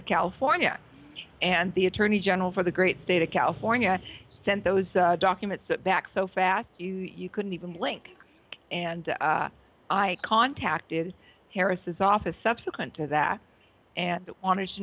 of california and the attorney general for the great state of california sent those documents back so fast you couldn't even blink and i contacted harris's office subsequent to that and wanted to